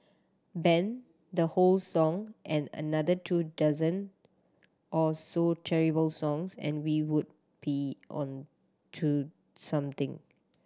ban the whole song and another two dozen or so terrible songs and we would be on to something